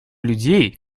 людей